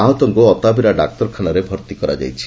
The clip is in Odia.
ଆହତଙ୍କୁ ଅତାବିରା ଡାକ୍ତରଖାନାରେ ଭର୍ତି କରାଯାଇଛି